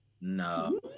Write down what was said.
No